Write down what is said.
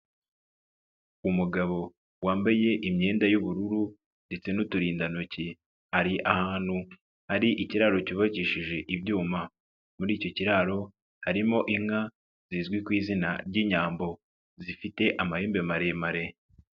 Umugabo wambaye imyenda y'ubururu ndetse n'uturindantoki ari ahantu hari ikiraro cyubakishije ibyuma, muri icyo kiraro harimo inka zizwi ku izina ry'inyambo zifite amahembe maremare.